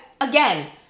again